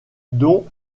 dont